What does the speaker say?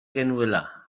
genuela